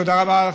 תודה לך,